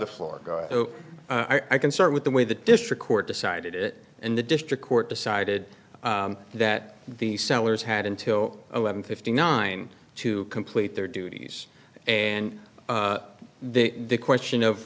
the floor so i can start with the way the district court decided it and the district court decided that the sailors had until eleven fifty nine to complete their duties and then the question of